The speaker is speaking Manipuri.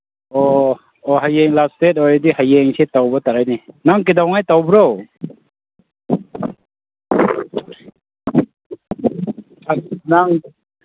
ꯑꯣ ꯑꯣ ꯍꯌꯦꯡ ꯂꯥꯁ ꯗꯦꯠ ꯑꯣꯏꯔꯗꯤ ꯍꯌꯦꯡꯁꯤ ꯇꯧꯕ ꯇꯥꯔꯦ ꯅꯪ ꯀꯩꯗꯧꯉꯩ ꯇꯧꯕ꯭ꯔ